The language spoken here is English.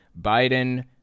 biden